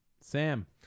Sam